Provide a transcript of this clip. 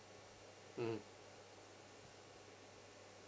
mmhmm